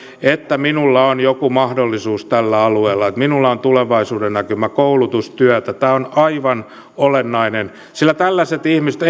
että hänellä on jokin mahdollisuus tällä alueella että hänellä on tulevaisuudennäkymä koulutus työtä tämä on aivan olennaista sillä tällaiset ihmiset